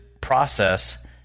process